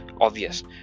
obvious